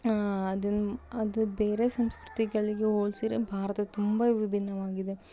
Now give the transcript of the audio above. ಅದನ್ನ ಅದು ಬೇರೆ ಸಂಸ್ಕೃತಿಗಳಿಗೆ ಹೋಲ್ಸಿದ್ರೆ ಭಾರತ ತುಂಬ ವಿಭಿನ್ನವಾಗಿದೆ